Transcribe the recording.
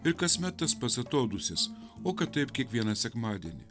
ir kasmet tas pats atodūsis o kad taip kiekvieną sekmadienį